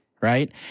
right